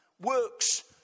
Works